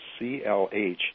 CLH